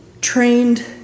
trained